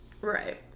Right